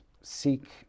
seek